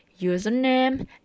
username